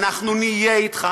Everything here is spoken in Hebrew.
אנחנו נהיה איתך,